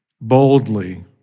boldly